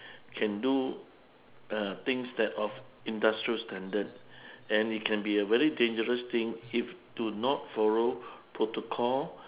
can do uh things that of industrial standard and it can be a very dangerous thing if do not follow protocol